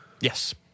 Yes